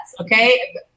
okay